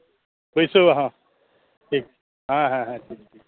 ᱯᱩᱭᱥᱟᱹ ᱚᱵᱷᱟᱵᱽ ᱦᱮᱸ ᱦᱮᱸ ᱴᱷᱤᱠ